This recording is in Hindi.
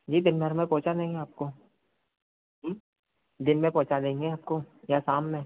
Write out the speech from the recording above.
जी दिन भर में पहुँचा देंगे आपको दिन में पहुँचा देंगे आपको या शाम में